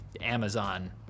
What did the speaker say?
Amazon